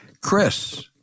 Chris